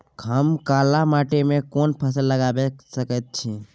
हम काला माटी में कोन फसल लगाबै सकेत छी?